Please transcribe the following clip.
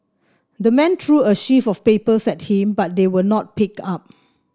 the man threw a sheaf of papers at him but they were not picked up